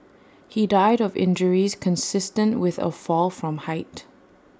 he died of injuries consistent with A fall from height